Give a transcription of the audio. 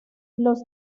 los